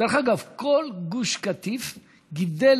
דרך אגב, כל גוש קטיף גידל